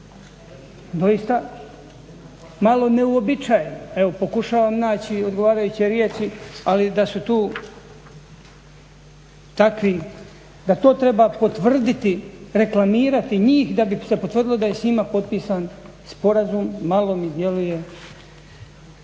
doista malo neuobičajeno. Evo pokušavam naći odgovarajuće riječi ali da su tu takvi da to treba potvrditi reklamirati njih da bi se potvrdilo da je s njima potpisan sporazum malo mi djeluje